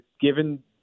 given